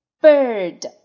Bird